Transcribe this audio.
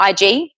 ig